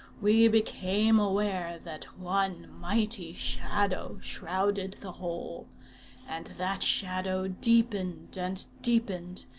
we became aware that one mighty shadow shrouded the whole and that shadow deepened and deepened,